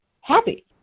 happy